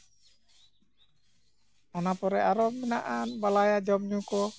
ᱚᱱᱟᱯᱚᱨᱮ ᱟᱨᱚ ᱢᱮᱱᱟᱜᱼᱟ ᱵᱟᱞᱟᱭᱟ ᱡᱚᱢᱼᱧᱩ ᱠᱚ